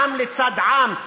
עם לצד עם,